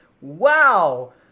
Wow